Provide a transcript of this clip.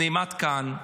נעמד כאן,